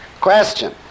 Question